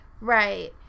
Right